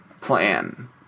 plan